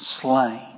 slain